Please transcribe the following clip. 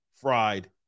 fried